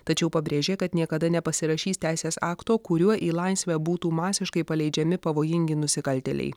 tačiau pabrėžė kad niekada nepasirašys teisės akto kuriuo į laisvę būtų masiškai paleidžiami pavojingi nusikaltėliai